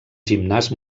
gimnàs